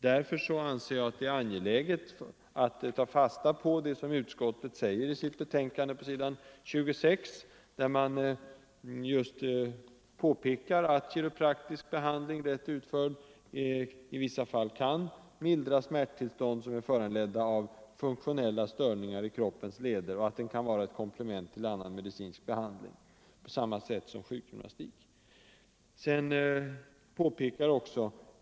Därför anser jag att det är angeläget att ta fasta på vad utskottet säger i sitt betänkande på s. 26, där det påpekas att kiropraktisk behandling, rätt utförd, i vissa fall kan mildra smärttillstånd som är föranlett av funktionella störningar i kroppens leder. Den kan vara komplement till en medicinsk behandling, på samma sätt som sjukgymnastiken.